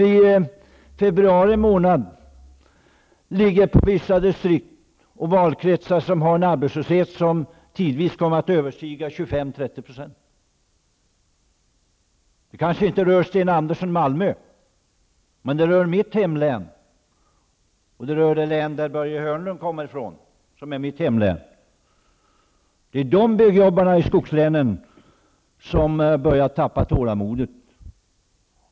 I februari månad kommer kanske vissa distrikt och valkretsar ha en arbetslöshet som tidvis kommer att överstiga 25--30 %. Det kanske inte rör Sten Andersson i Malmö, men det rör mitt hemlän, det län som Börje Hörnlund kommer från. Det är byggjobbarna i skogslänen som börjar tappa tålamodet.